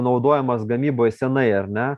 naudojamas gamyboj senai ar ne